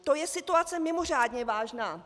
To je situace mimořádně vážná.